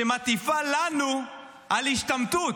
שמטיפה לנו על השתמטות.